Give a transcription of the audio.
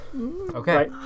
Okay